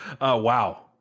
wow